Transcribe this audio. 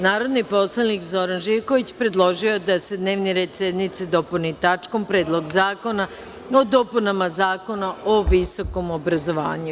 Narodni poslanik Zoran Živković predložio je da se dnevni red sednice dopuni tačkom – Predlog zakona o dopunama zakona o visokom obrazovanju.